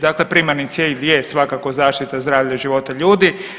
Dakle, primarni cilj je svakako zaštita zdravlja i života ljudi.